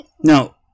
Now